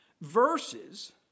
verses